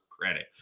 credit